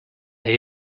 are